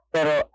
Pero